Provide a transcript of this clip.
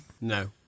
No